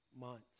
months